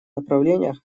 направлениях